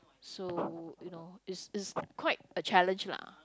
so you know it's it's quite a challenge lah